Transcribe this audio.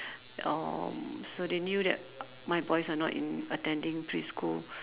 uh so they knew that my boys are not in attending preschool